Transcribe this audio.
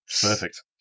perfect